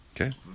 Okay